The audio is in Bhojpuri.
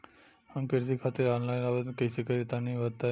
हम कृषि खातिर आनलाइन आवेदन कइसे करि तनि बताई?